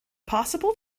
possible